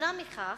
יתירה מכך,